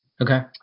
okay